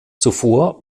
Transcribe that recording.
zuvor